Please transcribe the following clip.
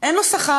אין לו שכר,